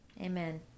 amen